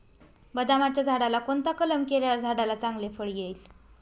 बदामाच्या झाडाला कोणता कलम केल्यावर झाडाला चांगले फळ येईल?